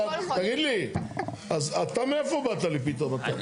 אתה, תגיד לי, אתה מאיפה באת לי פתאום אתה?